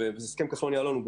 בהיקף של